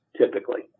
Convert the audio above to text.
typically